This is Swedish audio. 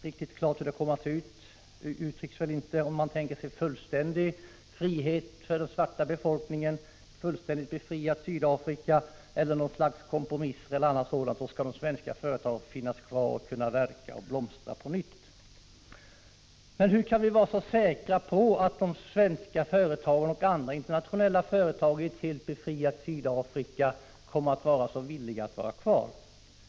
Hur det skulle komma att se ut — om man tänker sig fullständig frihet för den svarta befolkningen eller något slags kompromiss — sägs inte riktigt klart, men meningen är att de svenska företagen skall finnas kvar och när den nya situationen inträder kunna verka och blomstra på nytt. Men hur kan vi vara så säkra på att svenska och andra internationella företag vill vara kvar i ett helt befriat Sydafrika?